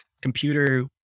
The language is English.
computer